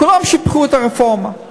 כולם שיבחו את הרפורמה,